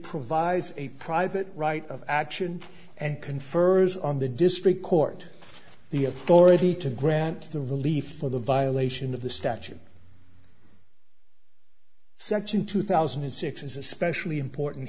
provides a private right of action and confers on the district court the authority to grant the relief for the violation of the statute section two thousand and six is especially important